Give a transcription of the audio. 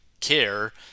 care